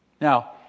Now